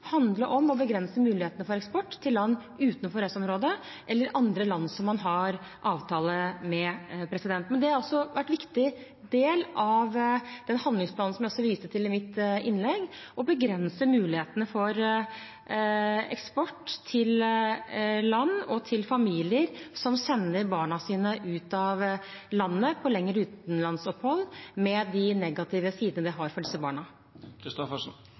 om å begrense mulighetene for eksport til land utenfor EØS-området eller andre land som man har avtale med. Men det å begrense mulighetene for eksport til land og til familier som sender barna sine ut av landet på lengre utenlandsopphold, med de negative sidene det har for disse barna,